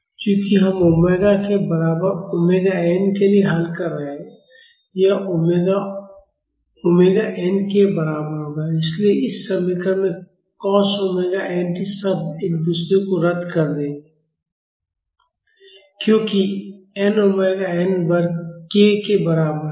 चूंकि हम ओमेगा के बराबर ओमेगा एन के लिए हल कर रहे हैं यह ओमेगा ओमेगा एन के बराबर होगा इसलिए इस समीकरण में कॉस ओमेगा एन टी शब्द एक दूसरे को रद्द कर देंगे क्योंकि एम ओमेगा एन वर्ग k के बराबर है